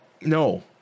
no